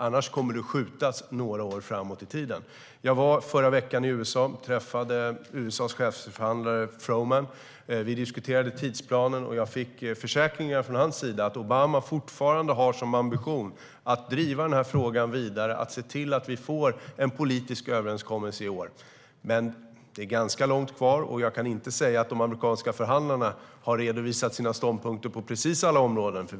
Annars kommer det att skjutas några år framåt i tiden. Jag var förra veckan i USA och träffade USA:s chefsförhandlare Froman. Vi diskuterade tidsplanen, och jag fick försäkringar från hans sida om att Obama fortfarande har som ambition att driva frågan vidare, att se till att vi får en politisk överenskommelse i år. Men det är ganska långt kvar, och jag kan inte säga att de amerikanska förhandlarna har redovisat sina ståndpunkter på precis alla områden.